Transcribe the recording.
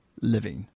living